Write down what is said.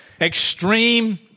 Extreme